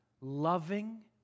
loving